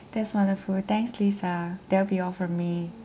that's wonderful thanks lisa that will be all for me